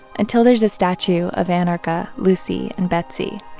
until there's a statue of anarcha, lucy and betsey,